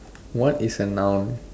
what is a noun